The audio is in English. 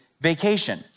vacation